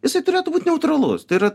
jisai turėtų būt neutralus tai yra